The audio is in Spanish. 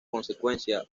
consecuencia